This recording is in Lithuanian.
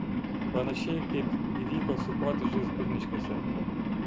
panašiai kaip įvyko su kotedžais turniškėse